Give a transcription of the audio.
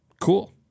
cool